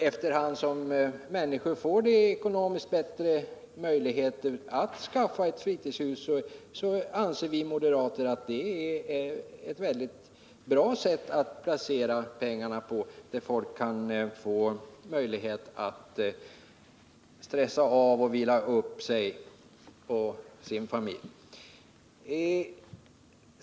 Efter hand som människor får bättre ekonomiska möjligheter att skaffa sig ett fritidshus anser vi moderater att det är ett mycket bra sätt att placera pengar — i ett fritidshus kan familjen vila upp sig och stressa av.